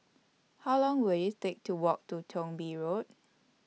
How Long Will IT Take to Walk to Thong Bee Road